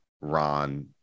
Ron